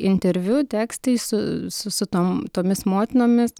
interviu tekstai su su su tom tomis motinomis